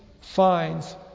finds